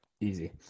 easy